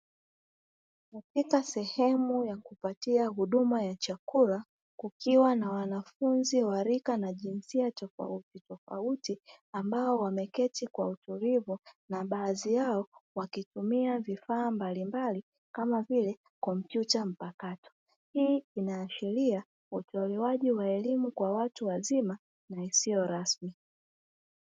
Katika sehemu ya kupatia huduma ya chakula kukiwa na wanafunzi wa rika na jinsia tofauti tofauti, ambao wameketi kwa utulivu na baadhi yao wakitumia vifaa mbali mbali kama vile kompyuta mpakato, hii inaashiria utolewaji wa elimu kwa watu wazima na isiyo rasmi.